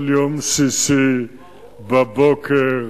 כל יום שישי בבוקר,